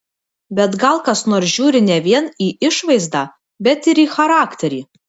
bet gal kas nors žiūri ne vien į išvaizdą bet ir į charakterį